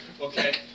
Okay